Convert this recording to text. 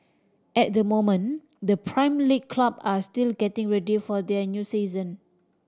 at the moment the Prime League club are still getting ready for their new season